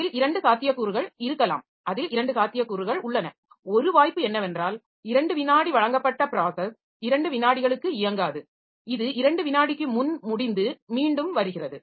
அதில் 2 சாத்தியக்கூறுகள் இருக்கலாம் அதில் 2 சாத்தியக்கூறுகள் உள்ளன ஒரு வாய்ப்பு என்னவென்றால் 2 விநாடி வழங்கப்பட்ட ப்ராஸஸ் 2 விநாடிகளுக்கு இயங்காது இது 2 வினாடிக்கு முன் முடிந்து மீண்டும் வருகிறது